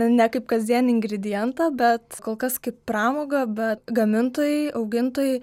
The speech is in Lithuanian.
ne kaip kasdienį ingredientą bet kol kas kaip pramogą be gamintojai augintojai